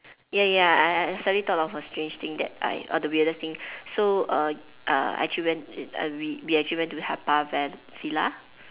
ya ya ya I I suddenly thought of a strange thing that I or the weirdest thing so uh uh I actually went err I we we actually went to Haw Par vil~ villa